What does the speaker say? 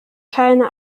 keine